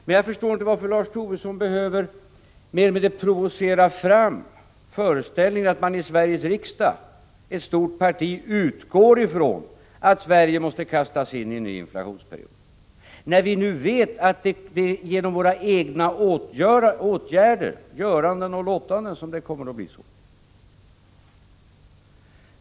Men jag förstår inte varför Lars Tobisson behöver mer eller mindre provocera fram att ett stort parti i Sveriges riksdag skall utgå från att Sverige måste kastas in i en ny inflationsperiod, när vi nu vet att det är genom våra egna åtgärder som det kan komma att bli så!